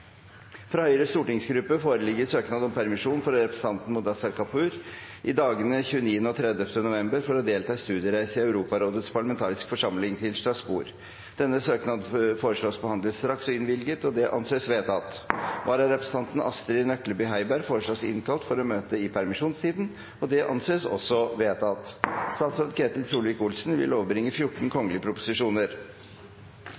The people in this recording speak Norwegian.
Fra Høyres stortingsgruppe foreligger søknad om permisjon for representanten Mudassar Kapur i dagene 29.–30. november for å delta på studiereise i Europarådets parlamentariske forsamling til Strasbourg. Denne søknaden foreslås behandlet straks og innvilget. – Det anses vedtatt. Vararepresentanten, Astrid Nøklebye Heiberg , foreslås innkalt for å møte i permisjonstiden. – Det anses vedtatt. Representanten Hans Fredrik Grøvan vil